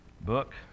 book